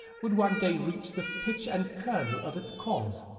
would one day reach the pith and kernel of its cause.